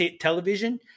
television